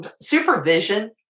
supervision